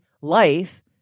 life